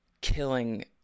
killing